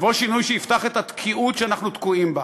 יבוא שינוי שיפתח את התקיעות שאנחנו תקועים בה.